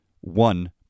one